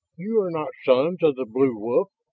you are not sons of the blue wolf,